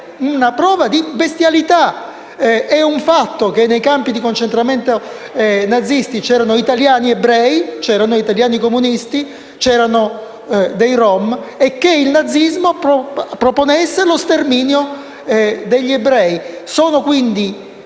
una prova di bestialità: è un fatto che nei campi di concentramento nazisti c'erano italiani ebrei, c'erano italiani comunisti, c'erano dei rom e che il nazismo si proponesse lo sterminio degli ebrei. Sono quindi